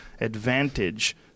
advantage